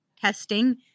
testing